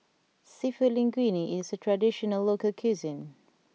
Seafood Linguine is a traditional local cuisine